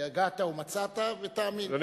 ויגעת ומצאת, ותאמין.